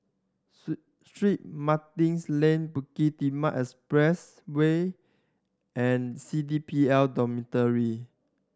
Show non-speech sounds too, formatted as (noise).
(unintelligible) Strait Martin's Lane Bukit Timah Expressway and C D P L Dormitory